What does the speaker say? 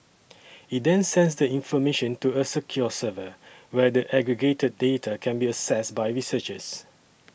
it then sends the information to a secure server where the aggregated data can be accessed by researchers